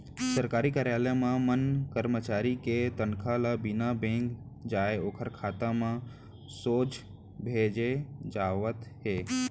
सरकारी कारयालय मन म करमचारी के तनखा ल बिना बेंक जाए ओखर खाता म सोझ भेजे जावत हे